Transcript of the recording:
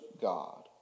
God